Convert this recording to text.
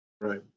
Right